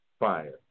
fire